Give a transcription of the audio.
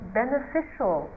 beneficial